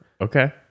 Okay